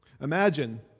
Imagine